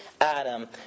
Adam